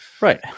Right